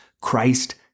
Christ